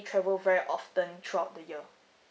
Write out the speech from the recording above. travel very often throughout the year